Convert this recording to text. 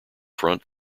front